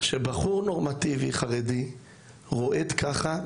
שבחור נורמטיבי חרדי רועד ככה,